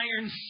iron